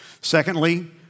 Secondly